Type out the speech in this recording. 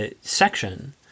section